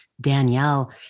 Danielle